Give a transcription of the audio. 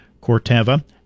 Corteva